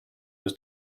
was